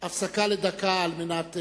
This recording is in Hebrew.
(הישיבה נפסקה בשעה 11:59 ונתחדשה בשעה 12:00.)